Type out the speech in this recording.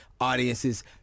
audiences